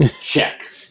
Check